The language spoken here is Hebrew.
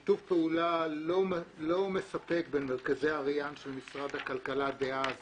שיתוף פעולה לא מספק בין מרכזי משרד הכלכלה דאז